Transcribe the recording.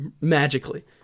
magically